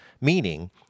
meaning